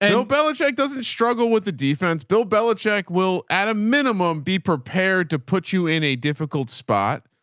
and no, bella, jake doesn't struggle with the defense bill. bellacheck will at a minimum be prepared to put you in a difficult spot.